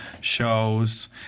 shows